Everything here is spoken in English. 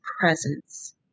presence